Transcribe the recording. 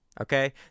Okay